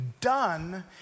done